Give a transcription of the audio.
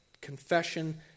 confession